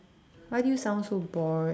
why do you sound so bored